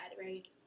right